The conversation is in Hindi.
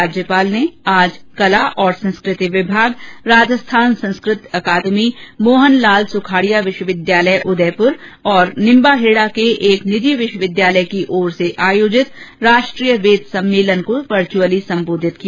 राज्यपाल ने आज कला और संस्कृति विभाग राजस्थान संस्कृत अकादमी मोहनलाल सुखाड़िया विश्वविद्यालय उदयपुर और निम्बाहेड़ा के एक निजी विश्वविद्यालय की ओर से आयोजित राष्ट्रीय वेद ैसम्मेलन को वर्च्रअली सम्बोधित किया